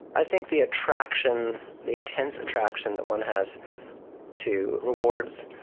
i think the attraction, the intense attraction that one has to rewards,